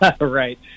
Right